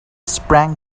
sprang